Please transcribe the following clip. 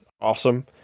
Awesome